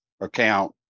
account